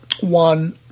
one